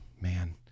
Man